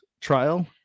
trial